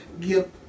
give